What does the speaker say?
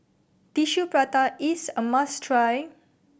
Tissue Prata is a must try